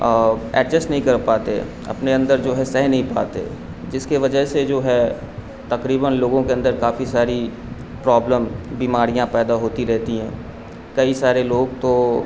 adjust نہیں کر پاتے اپنے اندر جو ہے سہہ نہیں پاتے جس کے وجہ سے جو ہے تقریباً لوگوں کے اندر کافی ساری پرابلم بیماریاں پیدا ہوتی رہتی ہیں کئی سارے لوگ تو